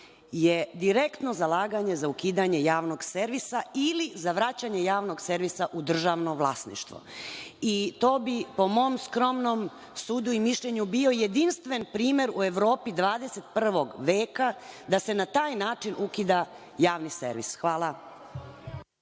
je direktno zalaganje za ukidanje Javnog servisa ili za vraćanje Javnog servisa u državno vlasništvo. To bi, po mom skromnom sudu i mišljenju, bio jedinstven primer u Evropi 21. veka da se na taj način ukida Javni servis.(Nataša